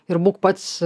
ir būk pats